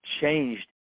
changed